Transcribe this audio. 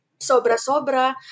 sobra-sobra